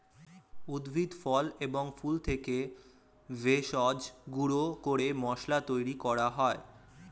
উদ্ভিদ, ফল এবং ফুল থেকে ভেষজ গুঁড়ো করে মশলা তৈরি করা হয়